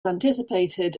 anticipated